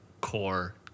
core